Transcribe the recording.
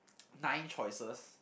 nine choices